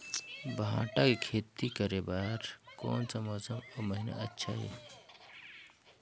भांटा के खेती करे बार कोन सा मौसम अउ महीना अच्छा हे?